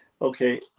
Okay